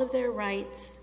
of their rights